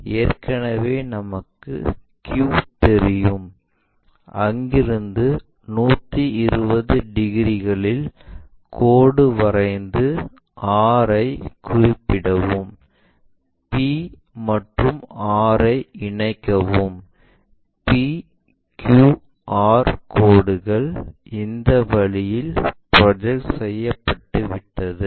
ஏற்கனவே நமக்கு q தெரியும் அங்கிருந்து 120 டிகிரிகளில் கோடு வரைந்து r ஐ குறிப்பிடவும் p மற்றும் r ஐ இணைக்கவும் p q r கோடுகள் இந்த வழியில் ப்ரொஜெக்ட் செய்யப்பட்டுவிட்டது